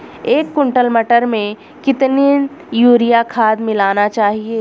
एक कुंटल मटर में कितना यूरिया खाद मिलाना चाहिए?